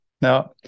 Now